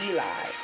Eli